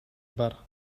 бар